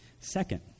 Second